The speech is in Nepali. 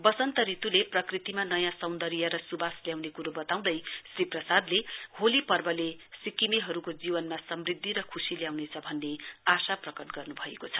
वसन्त ऋतुले प्रकृतिमा नयाँ सौन्दर्य र सुवास ल्याउने कुरो बताउँदै श्री प्रसादले होली पर्वले सिक्किमेहरुको जीवनमा समृधिद र खुशी ल्याउनेछ भन्ने आशा प्रकट गर्नुभएको छ